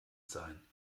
sein